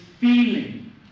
feeling